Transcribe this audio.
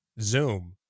Zoom